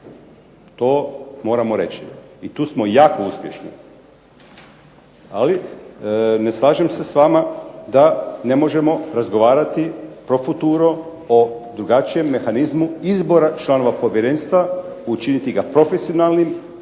To moramo reći. I tu smo jako uspješni. Ali, ne slažem se s vama da ne možemo razgovarati pro futuro o drugačijem mehanizmu izbora članova povjerenstva, učiniti ga profesionalnim,